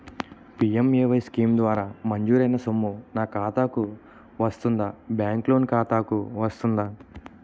PMAY scheme ద్వారా మంజూరైన సొమ్ము నా ఖాతా కు వస్తుందాబ్యాంకు లోన్ ఖాతాకు వస్తుందా?